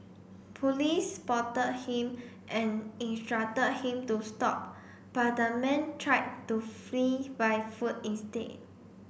police spotted him and instructed him to stop but the man tried to flee by foot instead